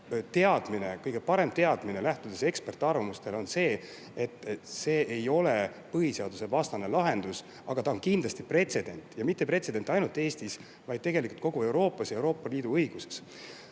teadmine, kõige parem teadmine, lähtudes eksperdiarvamusest, on see, et see ei ole põhiseadusvastane lahendus, aga ta kindlasti on pretsedent, ja pretsedent mitte ainult Eestis, vaid kogu Euroopas ja Euroopa Liidu õiguses.